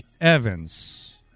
Evans